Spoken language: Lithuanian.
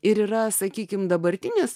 ir yra sakykime dabartinis